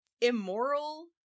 immoral